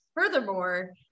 Furthermore